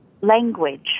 language